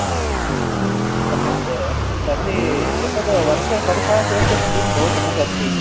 आमाम् सम्यक् तर्हि एतद् वर्षषड्सहस्रस्य स्कीं बहु सम्यग् अस्ति